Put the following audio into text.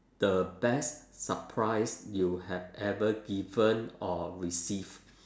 the best surprise you have ever given or receive